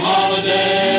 Holiday